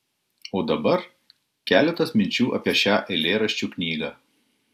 o dabar keletas minčių apie šią eilėraščių knygą